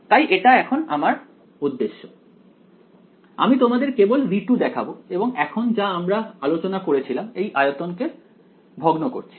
তাই এটা এখন আমার উদ্দেশ্য আমি তোমাদের কেবল V2 দেখাবো এবং এখন যা আমরা আলোচনা করেছিলাম এই আয়তনকে ভগ্ন করছি